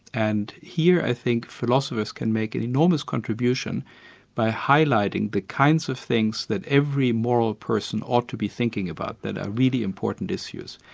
and here i think philosophers can make an enormous contribution by highlighting the kinds of things that every moral person ought to be thinking about, that are really important issues.